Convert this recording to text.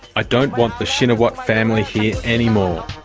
i don't want the shinawatra family here anymore.